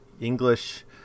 English